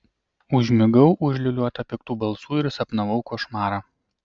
užmigau užliūliuota piktų balsų ir sapnavau košmarą